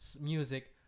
music